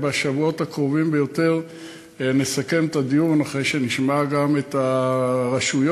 בשבועות הקרובים ביותר נסכם את הדיון אחרי שנשמע גם את הרשויות,